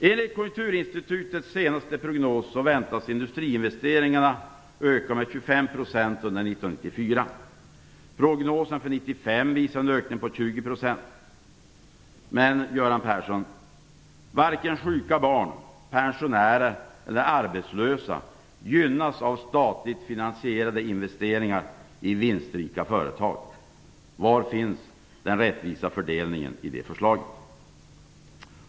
Enligt Konjunkturinstitutets senaste prognos väntas industriinvesteringarna öka med 25 % under Men, Göran Persson, varken sjuka barn, pensionärer eller arbetslösa gynnas av statligt finansierade investeringar i vinstrika företag. Var finns den rättvisa fördelningen i det förslaget?